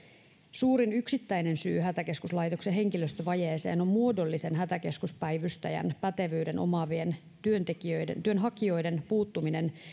suurin yksittäinen syy hätäkeskuslaitoksen henkilöstövajeeseen on muodollisen hätäkeskuspäivystäjän pätevyyden omaavien työnhakijoiden puuttuminen